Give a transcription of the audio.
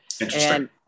Interesting